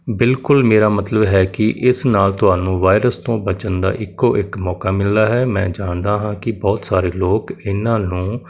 ਬਿਲਕੁਲ ਮੇਰਾ ਮਤਲਬ ਹੈ ਕਿ ਇਸ ਨਾਲ ਤੁਹਾਨੂੰ ਵਾਇਰਸ ਤੋਂ ਬਚਣ ਦਾ ਇੱਕੋ ਇੱਕ ਮੌਕਾ ਮਿਲਦਾ ਹੈ ਮੈਂ ਜਾਣਦਾ ਹਾਂ ਕਿ ਬਹੁਤ ਸਾਰੇ ਲੋਕ ਇਹਨਾਂ ਨੂੰ